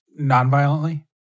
nonviolently